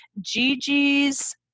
Gigi's